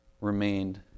remained